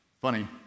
funny